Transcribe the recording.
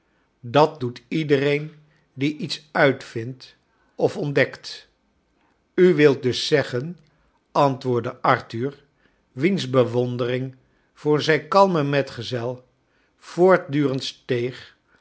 dat doet iedereen die iets uitvindt of ontdekt u wilt dus zeggen antwoordde arthur wiens be wondering voor zijn kalmeu metgezel voortdurend steeg